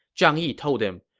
zhang yi told him,